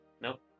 Nope